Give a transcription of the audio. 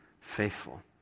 faithful